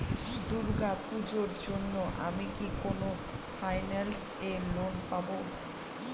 দূর্গা পূজোর জন্য আমি কি কোন ফাইন্যান্স এ লোন পাবো?